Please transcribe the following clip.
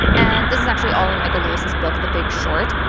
and this is actually all in michael lewis's book the big short.